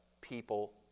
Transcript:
people